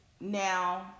Now